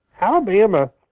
Alabama